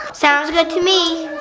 sounds good to me.